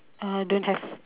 uh don't have